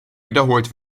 wiederholt